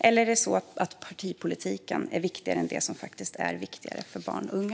Eller är partipolitiken viktigare än det som är viktigt för barn och unga?